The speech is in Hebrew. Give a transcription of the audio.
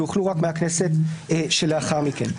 הוחלו רק מהכנסת שלאחר מכן.